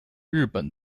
日本